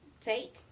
take